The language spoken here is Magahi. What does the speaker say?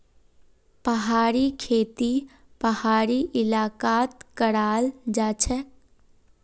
पहाड़ी खेती पहाड़ी इलाकात कराल जाछेक